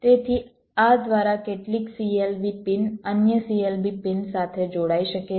તેથી આ દ્વારા કેટલીક CLB પિન અન્ય CLB પિન સાથે જોડાઈ શકે છે